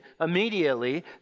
immediately